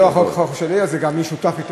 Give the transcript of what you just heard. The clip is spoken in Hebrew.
עזוב.